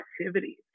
activities